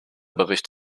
bericht